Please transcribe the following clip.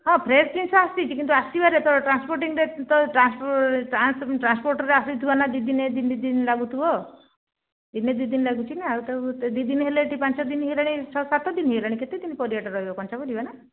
ହଁ ଫ୍ରେସ୍ ଜିନିଷ ଆସିଛି କିନ୍ତୁ ଆସିବାରେ ତ ଟ୍ରାନ୍ସପୋର୍ଟିଂରେ ତ ଟ୍ରାନ୍ସପୋର୍ଟରେ ଆସୁଥିବା ନା ଦିନେ ଦୁଇ ଦିନ ଲାଗୁଥିବ ଦିନେ ଦୁଇ ଦିନ ଲାଗୁଚି ନା ଆଉ ତାକୁ ଦୁଇ ଦିନ ହେଲେ ଏଠି ପାଞ୍ଚ ଦିନ ହେଲାଣି ଛଅ ସାତ ଦିନ ହେଇଗଲାଣି କେତେ ଦିନ ପରିବାଟା ରହିବ କଞ୍ଚା ପରିବା ନା